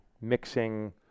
mixing